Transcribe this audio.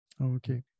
Okay